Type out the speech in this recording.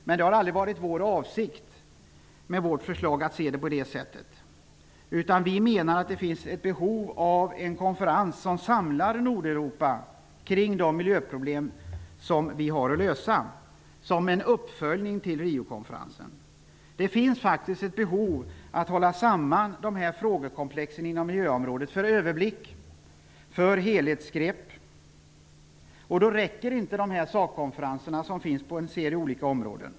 Vårt förslag har dock en annan inriktning. Vi menar att det finns behov av att som uppföljning av Riokonferensen anordna en konferens som samlar Nordeuropa kring de miljöproblem som där finns att lösa. Det finns ett behov av att hålla samman dessa frågekomplex inom miljöområdet för överblick och för helhetsgrepp, och då räcker det inte med de sakkonferenser som anordnas på en serie områden.